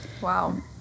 Wow